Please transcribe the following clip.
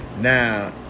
Now